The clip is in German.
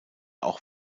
auch